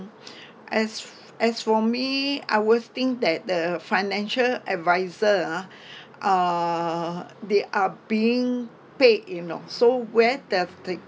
as as for me I will think that the financial adviser ah uh they are being paid you know so where the did